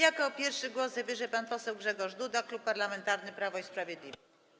Jako pierwszy głos zabierze pan poseł Grzegorz Puda, Klub Parlamentarny Prawo i Sprawiedliwość.